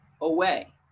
away